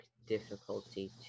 Difficulty